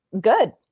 Good